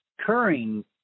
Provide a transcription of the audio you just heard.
occurring